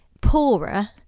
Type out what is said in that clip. poorer